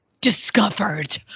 discovered